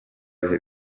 bihe